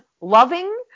loving